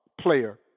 player